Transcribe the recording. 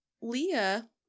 Leah